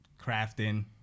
crafting